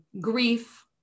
grief